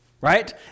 right